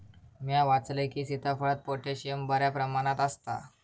म्या वाचलंय की, सीताफळात पोटॅशियम बऱ्या प्रमाणात आसता